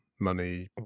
money